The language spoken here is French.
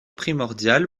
primordial